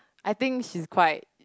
I think she's quite